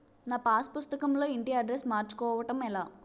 నా పాస్ పుస్తకం లో ఇంటి అడ్రెస్స్ మార్చుకోవటం ఎలా?